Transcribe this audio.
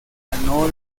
ganó